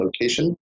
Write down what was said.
location